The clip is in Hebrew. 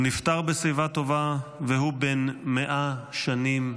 הוא נפטר בשיבה טובה והוא בן 100 שנים.